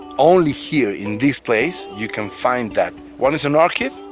only here, in this place, you can find that. one is an orchid,